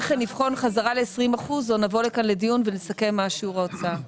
כן לבחון חזרה ל-20% או נבוא לכאן לדיון ונסכם מה שיעור ההוצאה.